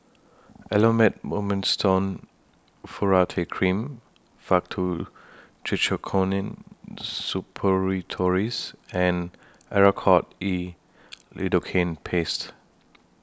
Elomet Mometasone Furoate Cream Faktu Cinchocaine Suppositories and Oracort E Lidocaine Paste